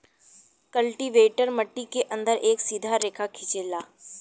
cultivator मट्टी के अंदर एक सीधा रेखा खिंचेला